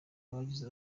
abagize